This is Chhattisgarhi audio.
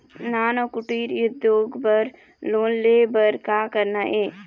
नान अउ कुटीर उद्योग बर लोन ले बर का करना हे?